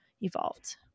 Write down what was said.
evolved